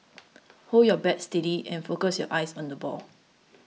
hold your bat steady and focus your eyes on the ball